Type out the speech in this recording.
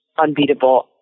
unbeatable